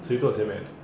谁坐前面